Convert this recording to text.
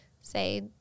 say